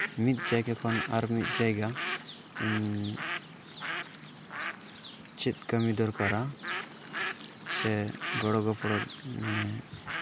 ᱢᱤᱫ ᱡᱟᱭᱜᱟ ᱠᱷᱚᱱ ᱟᱨᱢᱤᱫ ᱡᱟᱭᱜᱟ ᱪᱮᱫ ᱠᱟᱹᱢᱤ ᱫᱚᱨᱠᱟᱨᱟ ᱥᱮ ᱜᱚᱲᱚ ᱜᱚᱯᱲᱚ ᱢᱟᱱᱮ